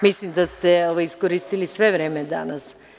Mislim da ste iskoristili sve vreme danas.